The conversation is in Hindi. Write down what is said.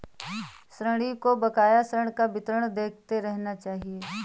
ऋणी को बकाया ऋण का विवरण देखते रहना चहिये